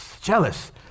Jealous